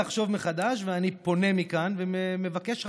ואני פונה מכאן ומבקש רחמים.